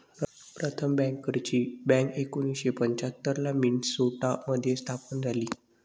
प्रथम बँकर्सची बँक एकोणीसशे पंच्याहत्तर ला मिन्सोटा मध्ये स्थापन झाली